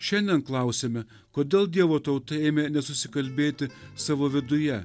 šiandien klausiame kodėl dievo tauta ėmė nesusikalbėti savo viduje